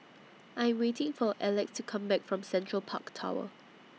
I'm waiting For Elex to Come Back from Central Park Tower